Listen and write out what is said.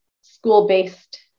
school-based